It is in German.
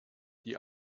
die